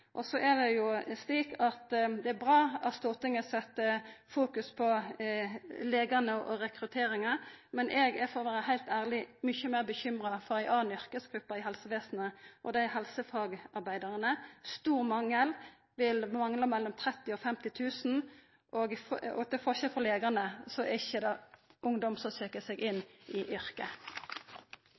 psykologen. Så er det bra at Stortinget set fokus på legane og rekrutteringa, men eg er, for å vera heit ærleg, mykje meir bekymra for ei anna yrkesgruppe i helsevesenet – helsefagarbeidarane. Det er stor mangel – vi manglar mellom 30 000 og 50 000, og til forskjell frå legane, er det ikkje ungdom som søker seg inn i yrket.